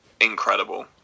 incredible